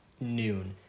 noon